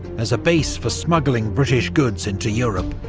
as a base for smuggling british goods into europe.